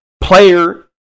player